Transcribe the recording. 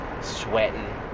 sweating